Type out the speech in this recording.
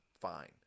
fine